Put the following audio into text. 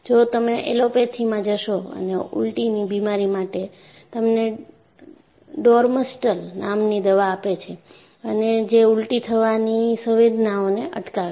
જો તમે એલોપેથીમાં જશો અને ઉલટીની બીમારી માટે તમને ડોર્મસ્ટલ નામ ની દવા આપે છે અને જે ઉલટી થવાની સંવેદનાને અટકાવે છે